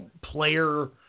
player